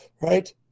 right